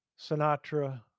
Sinatra